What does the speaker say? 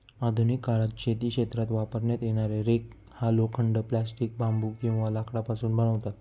आधुनिक काळात शेती क्षेत्रात वापरण्यात येणारा रेक हा लोखंड, प्लास्टिक, बांबू किंवा लाकडापासून बनवतात